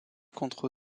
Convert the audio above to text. contre